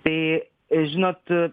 tai žinot